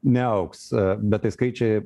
neaugs bet tai skaičiai